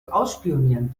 ausspionieren